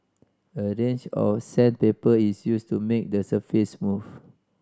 a range of sandpaper is used to make the surface smooth